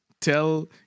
Tell